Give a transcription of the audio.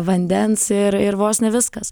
vandens ir ir vos ne viskas